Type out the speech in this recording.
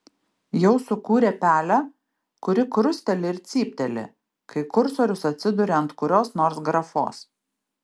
jau sukūrė pelę kuri krusteli ir cypteli kai kursorius atsiduria ant kurios nors grafos